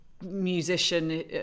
musician